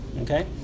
okay